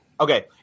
okay